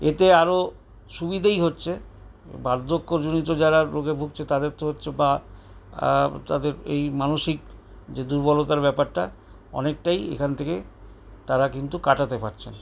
এতে আরও সুবিধেই হচ্ছে বার্ধক্যজনিত যারা রোগে ভুগছে তাদের তো হচ্ছে বা তাদের এই মানসিক যে দূর্বলতার ব্যাপারটা অনেকটাই এখান থেকে তারা কিন্তু কাটাতে পারছেন